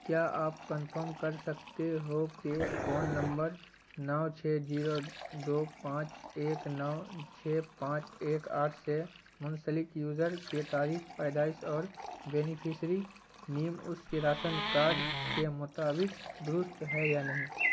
کیا آپ کنفرم کر سکتے ہو کہ فون نمبر نو چھ زیرو دو پانچ ایک نو چھ پانچ ایک آٹھ سے منسلک یوزر کے تاریخ پیدائش اور بینیفشیری نیم اس کے راشن کارڈ کے مطابق درست ہے یا نہیں